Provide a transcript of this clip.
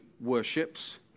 worships